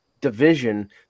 division